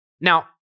Now